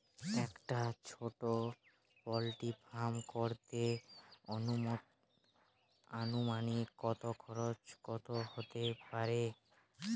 একটা ছোটো poultry farm করতে আনুমানিক কত খরচ কত হতে পারে?